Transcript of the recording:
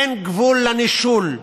אין גבול לנישול.